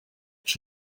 ich